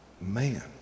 Man